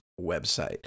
website